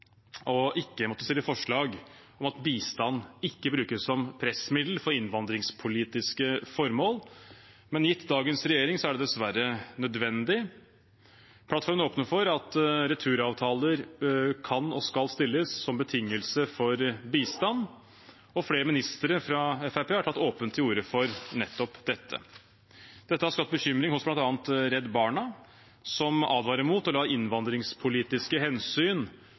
ikke å måtte stille forslag om at bistand ikke brukes som pressmiddel for innvandringspolitiske formål, men gitt dagens regjering er det dessverre nødvendig. Plattformen åpner for at returavtaler kan og skal stilles som betingelse for bistand, og flere ministre fra Fremskrittspartiet har tatt åpent til orde for nettopp dette. Dette har skapt bekymring hos bl.a. Redd Barna, som advarer mot å la innvandringspolitiske hensyn